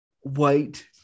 white